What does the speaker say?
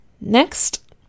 Next